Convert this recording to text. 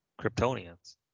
Kryptonians